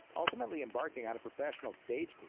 ultimately embarking on a professional stage but